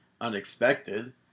unexpected